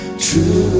to